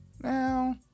Now